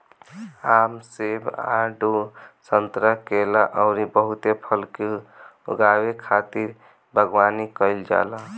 आम, सेब, आडू, संतरा, केला अउरी बहुते फल के उगावे खातिर बगवानी कईल जाला